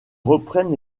reprennent